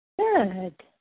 Good